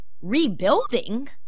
rebuilding